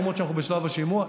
למרות שאנחנו בשלב השימוע,